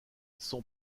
son